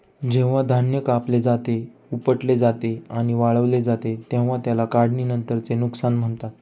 जेव्हा धान्य कापले जाते, उपटले जाते आणि वाळवले जाते तेव्हा त्याला काढणीनंतरचे नुकसान म्हणतात